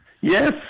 Yes